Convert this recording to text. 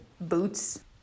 boots